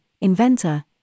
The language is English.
inventor